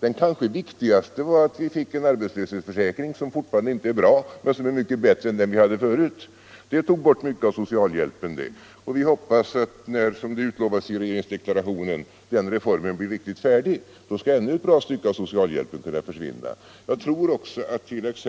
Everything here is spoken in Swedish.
Det viktigaste kanske var att vi fick en arbetslöshetsförsäkring som fortfarande inte är bra men som är bättre än den vi hade förut. Den tog Allmänpolitisk debatt Allmänpolitisk debatt bort mycket av socialhjälpen. Vi hoppas.an, som det utlovas i regeringsdeklarationen, när den reformen blir riktigt färdig skall ännu ett stycke av socialhjälpen kunna försvinna. Jag tror också att t.ex.